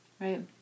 Right